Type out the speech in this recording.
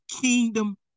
kingdom